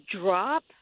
drop